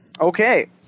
Okay